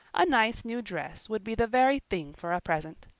a nice new dress would be the very thing for a present.